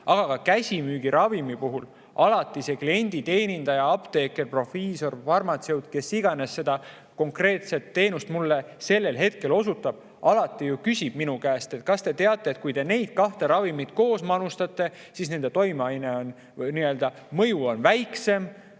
aga ka käsimüügiravimi puhul –, siis see klienditeenindaja, apteeker, proviisor, farmatseut, kes iganes seda konkreetset teenust mulle sellel hetkel osutab, alati ju küsib minu käest: "Kas te teate, et kui te neid kahte ravimit koos manustate, siis nende toimeaine mõju on väiksem?